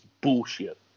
bullshit